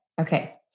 Okay